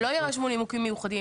שלא יירשמו נימוקים מיוחדים,